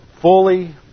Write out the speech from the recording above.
fully